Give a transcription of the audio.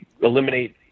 eliminate